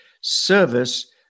service